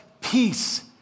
peace